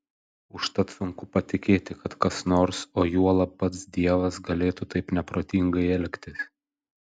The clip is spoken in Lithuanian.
užtat sunku patikėti kad kas nors o juolab pats dievas galėtų taip neprotingai elgtis